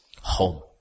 home